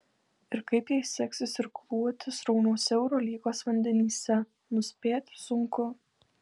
ir kaip jai seksis irkluoti srauniuose eurolygos vandenyse nuspėti sunku